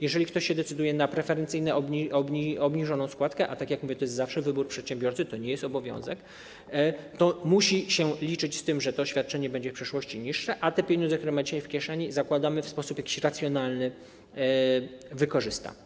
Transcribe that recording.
Jeżeli ktoś się decyduje na preferencyjnie obniżoną składkę - tak jak mówię, to jest zawsze wybór przedsiębiorcy, to nie jest obowiązek - to musi się liczyć z tym, że to świadczenie będzie w przyszłości niższe, a te pieniądze, które ma dzisiaj w kieszeni, w jakiś racjonalny sposób wykorzysta.